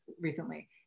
recently